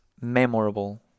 memorable